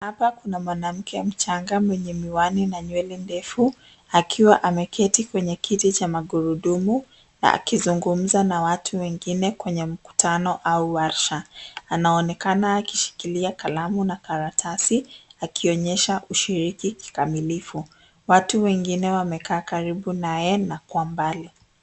Hapa kuna mwanamke mchanga mwenye miwani na nywele ndefu akiwa ameketi kwenye kiti cha magurudumu na akizungumuza na watu wengine kwenye mkutano au warsha, anaonekana akishikilia kalamu na karatasi akionyesha kushiriki kikamilifu watu wengine wamekaa karibu naye na kwa mbali.